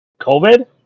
COVID